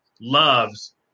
loves